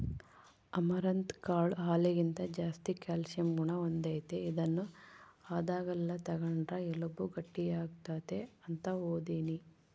amaranth ಕಾಳು ಹಾಲಿಗಿಂತ ಜಾಸ್ತಿ ಕ್ಯಾಲ್ಸಿಯಂ ಗುಣ ಹೊಂದೆತೆ, ಇದನ್ನು ಆದಾಗೆಲ್ಲ ತಗಂಡ್ರ ಎಲುಬು ಗಟ್ಟಿಯಾಗ್ತತೆ ಅಂತ ಓದೀನಿ